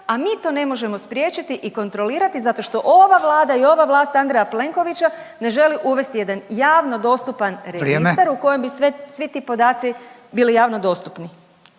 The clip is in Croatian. a mi to ne možemo spriječiti i kontrolirati zato što ova Vlada i ova vlast Andreja Plenkovića ne želi uvesti jedan javno dostupan registar …… /Upadica Radin: Vrijeme./… … u kojem bi svi ti podaci bili javno dostupni.